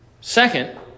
Second